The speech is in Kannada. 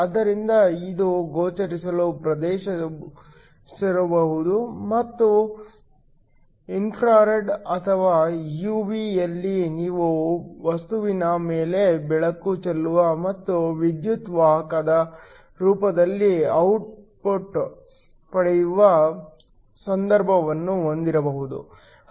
ಆದ್ದರಿಂದ ಇದು ಗೋಚರಿಸುವ ಪ್ರದೇಶದಲ್ಲಿರಬಹುದು ಅಥವಾ ಇನ್ಫ್ರಾರೆಡ್ ಅಥವಾ ಯುವಿ ಯಲ್ಲಿ ನೀವು ವಸ್ತುವಿನ ಮೇಲೆ ಬೆಳಕು ಚೆಲ್ಲುವ ಮತ್ತು ವಿದ್ಯುತ್ ಪ್ರವಾಹದ ರೂಪದಲ್ಲಿ ಔಟ್ಪುಟ್ ಪಡೆಯುವ ಸಂದರ್ಭವನ್ನೂ ಹೊಂದಿರಬಹುದು